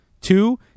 Two –